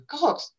god